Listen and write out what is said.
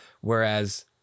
whereas